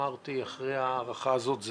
אחרי ההארכה הזאת,